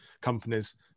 companies